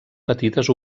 petites